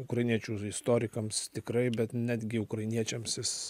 ukrainiečių istorikams tikrai bet netgi ukrainiečiams jis